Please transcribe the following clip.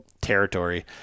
territory